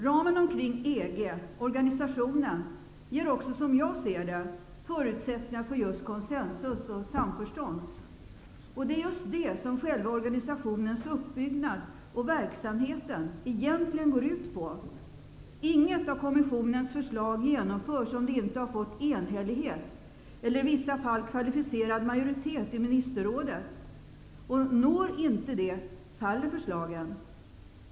Ramen omkring EG, organisationen, ger också som jag ser det förutsättningar för just konsensus och samförstånd. Det är just det som själva organisationens uppbyggnad och verksamhet egentligen går ut på. Inget av kommissionens förslag genomförs om det inte har fått enhällig eller i vissa fall kvalificerad majoritet i Ministerrådet. Når man inte det faller förslaget.